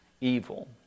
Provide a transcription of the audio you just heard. evil